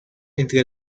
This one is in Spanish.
entre